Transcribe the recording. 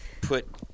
put